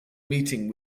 meeting